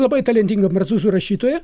labai talentingą prancūzų rašytoją